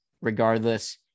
regardless